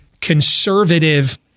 conservative